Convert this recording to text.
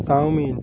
chowmein